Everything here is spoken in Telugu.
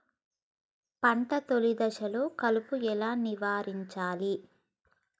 పంట తొలి దశలో కలుపు ఎలా నివారించాలి?